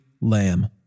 lamb